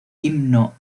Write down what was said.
himno